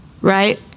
right